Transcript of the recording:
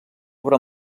obra